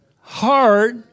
Heart